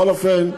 בכל אופן,